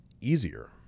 easier